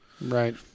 right